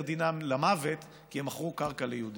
דינם למוות כי הם מכרו קרקע ליהודים.